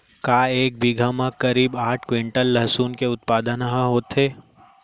का एक बीघा म करीब आठ क्विंटल लहसुन के उत्पादन ह होथे?